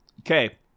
Okay